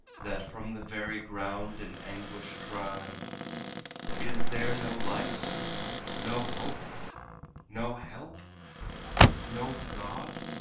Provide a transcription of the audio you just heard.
that from the very ground in anguish cry is there no light no hope no help no god?